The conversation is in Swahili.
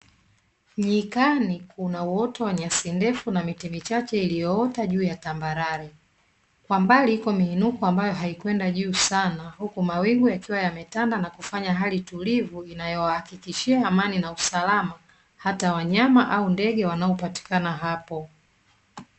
Nyikani kuna uoto wa nyasi ndefu na miti michache iliyoota juu ya tambarare. Kwa mbali iko miinuko ambayo haikuinuka juu sana, huku mawingu yakiwa yametanda na kufanya hali tulivu, inayowahakikishia amani na usalama hata wanyama au ndege wanaopatikana hapo.